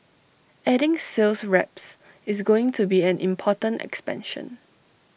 adding sales reps is going to be an important expansion